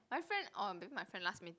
my friend orh maybe my friend last meet